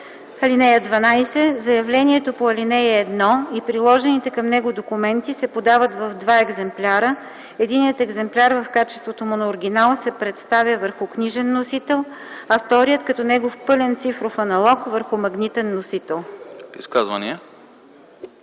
2 и 13. (12) Заявлението по ал. 1 и приложените към него документи се подават в два екземпляра - единият екземпляр в качеството му на оригинал се представя върху книжен носител, а вторият - като негов пълен цифров аналог - върху магнитен носител.”